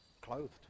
Clothed